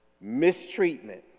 Mistreatment